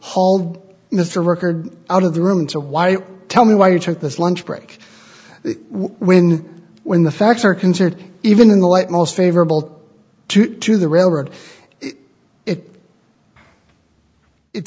hauled mr rickard out of the room to why you tell me why you took this lunch break when when the facts are considered even in the light most favorable to to the railroad it it